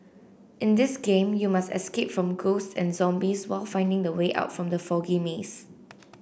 in this game you must escape from ghosts and zombies while finding the way out from the foggy maze